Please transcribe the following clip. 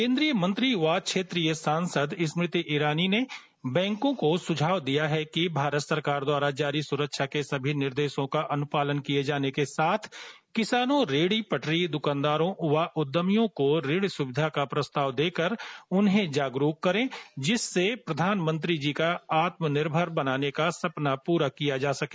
केंद्रीय मंत्री व क्षेत्रीय सांसद स्मृति ईरानी ने बैंकों को सुझाव दिया है कि भारत सरकार द्वारा जारी सुरक्षा के सभी निर्देशों का अनुपालन किए जाने के साथ किसानोंरेड़ी पटरी द्रकानदारों व उद्यमियों को ऋण सुविधा का प्रस्ताव देकर उन्हें जागरूक करें जिससे प्रधानमंत्री जी का आत्मनिर्भर भारत बनाने का सपना पूरा किया जा सके